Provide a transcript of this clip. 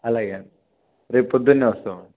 అలాగే అండి రేపు పొద్దున్నే వస్తామండి